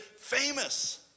famous